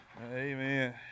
Amen